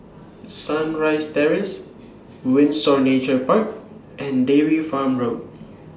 Sunrise Terrace Windsor Nature Park and Dairy Farm Road